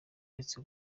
uretse